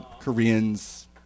Koreans